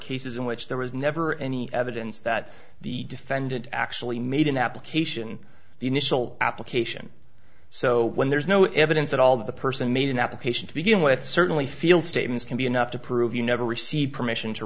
cases in which there was never any evidence that the defendant actually made an application the initial application so when there's no evidence at all that the person made an application to begin with certainly feel statements can be enough to prove you never received permission to